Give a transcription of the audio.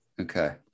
Okay